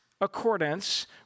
accordance